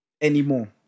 anymore